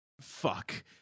Fuck